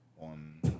on